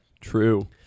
true